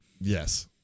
Yes